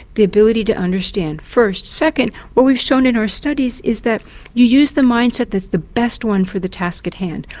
the ability to understand first. second, what we've shown in our studies is that you use the mindset that's the best one for the task at hand.